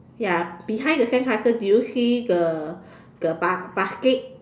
ya behind the sandcastle do you see the the ba~ basket